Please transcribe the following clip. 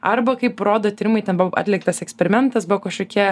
arba kaip rodo tyrimai ten buvo atliktas eksperimentas buvo kažkokie